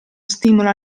stimolo